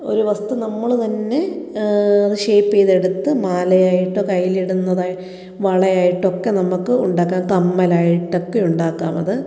ഒരു വസ്തു നമ്മൾ തന്നെ ഷെയ്പ്പ് ചെയ്ത് എടുത്ത് മാലയായിട്ടോ കൈയില് ഇടുന്ന വളയായിട്ടോ ഒക്കെ നമുക്ക് ഉണ്ടാകാം കമ്മലായിട്ടൊക്കെ ഉണ്ടാകാം അത്